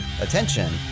attention